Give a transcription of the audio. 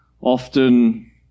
often